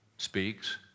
Speaks